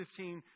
15